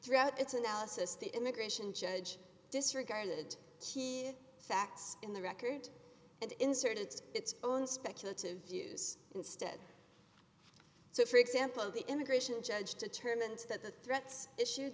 throughout its analysis the immigration judge disregarded the facts in the record and inserted its own speculative views instead so for example the immigration judge determined that the threats issue